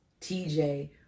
TJ